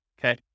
Okay